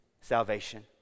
salvation